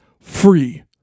free